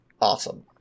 Awesome